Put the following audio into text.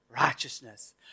righteousness